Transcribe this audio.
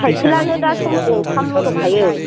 साइकेलानो दा सम गंथामल' दंखायो